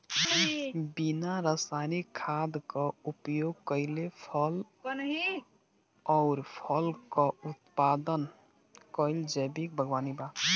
बिना रासायनिक खाद क उपयोग कइले फल अउर फसल क उत्पादन कइल जैविक बागवानी बा